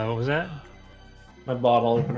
ah was that my bottle